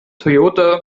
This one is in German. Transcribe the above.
toyota